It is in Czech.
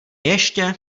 ještě